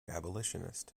abolitionist